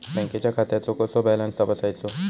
बँकेच्या खात्याचो कसो बॅलन्स तपासायचो?